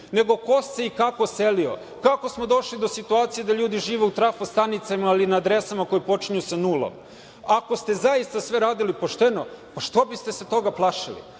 nego ko se i kako selio, kako smo došli do situacije da ljudi žive u trafo stanicama ili na adresama koje počinju sa nulom. Ako ste zaista sve radili pošteno, pa što biste se toga plašili?